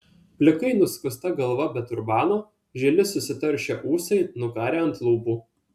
plikai nuskusta galva be turbano žili susitaršę ūsai nukarę ant lūpų